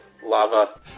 Lava